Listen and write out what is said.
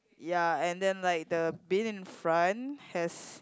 ya and then like the bin in front has